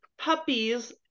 Puppies